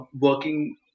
working